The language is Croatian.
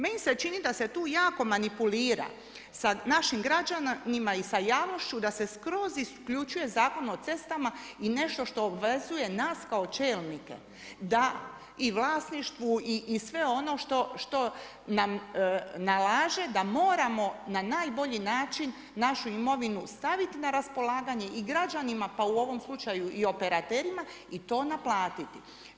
Meni se čini da se tu jako manipulira sa našim građanima i sa javnošću da se skroz isključuje Zakon o cestama i nešto što obvezuje nas kao čelnike da i vlasništvu i sve ono što nam nalaže da moramo na najbolji način našu imovinu staviti na raspolaganje i građanima pa u ovom slučaju i operaterima i to naplatiti.